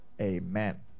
Amen